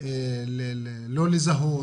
לא לזהות,